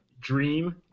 dream